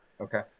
Okay